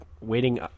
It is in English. waiting